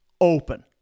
open